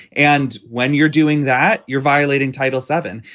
and when you're doing that, you're violating title seven.